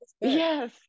Yes